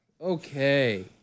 Okay